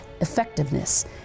effectiveness